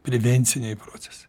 prevenciniai procesai